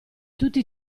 tutti